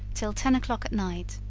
till ten o'clock at night.